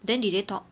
then did they talk